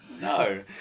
no